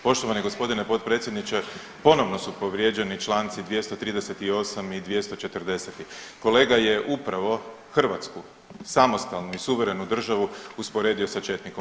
Poštovani gospodine potpredsjedniče, ponovno su povrijeđeni Članci 238. i 240., kolega je upravo Hrvatsku, samostalnu i suverenu državu usporedio sa četnikom.